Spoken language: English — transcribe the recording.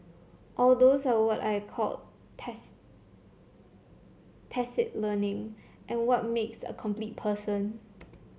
all those are what I call tacit learning and what makes a complete person